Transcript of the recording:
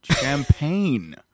champagne